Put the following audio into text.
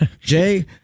Jay